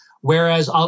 Whereas